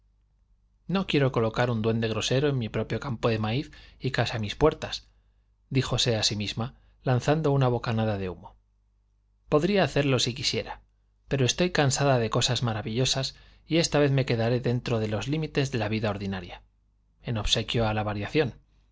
no quiero colocar un duende grosero en mi propio campo de maíz y casi a mis puertas díjose a sí misma lanzando una bocanada de humo podría hacerlo si quisiera pero estoy cansada de cosas maravillosas y esta vez me quedaré dentro de los límites de la vida ordinaria en obsequio a la variación